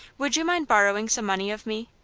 would you mind borrowing some money of me?